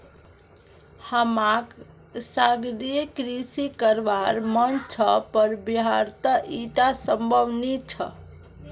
हमाक सागरीय कृषि करवार मन छ पर बिहारत ईटा संभव नी छ